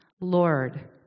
Lord